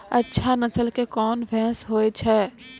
अच्छा नस्ल के कोन भैंस होय छै?